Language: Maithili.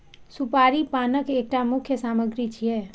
सुपारी पानक एकटा मुख्य सामग्री छियै